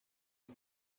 que